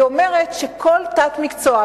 היא אומרת שכל תת-מקצוע,